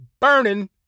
burning